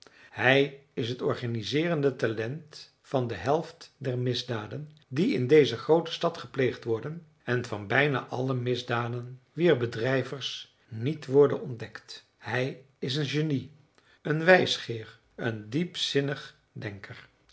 hij is het organiseerende talent van de helft der misdaden die in deze groote stad gepleegd worden en van bijna alle misdaden wier bedrijvers niet worden ontdekt hij is een genie een wijsgeer een diepzinnig denker